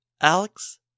Alex